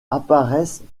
apparaissent